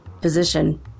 position